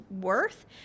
worth